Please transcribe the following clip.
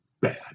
bad